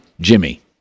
Jimmy